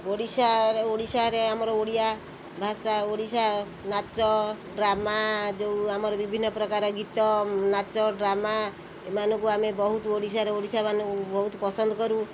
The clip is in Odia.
ଓଡ଼ିଶାରେ ଓଡ଼ିଶାରେ ଆମର ଓଡ଼ିଆ ଭାଷା ଓଡ଼ିଶା ନାଚ ଡ୍ରାମା ଯେଉଁ ଆମର ବିଭିନ୍ନ ପ୍ରକାର ଗୀତ ନାଚ ଡ୍ରାମା ଏମାନଙ୍କୁ ଆମେ ବହୁତ ଓଡ଼ିଶାରେ ଓଡ଼ିଶାମାନଙ୍କୁ ବହୁତ ପସନ୍ଦ କରୁ